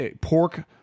Pork